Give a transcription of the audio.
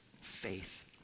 faith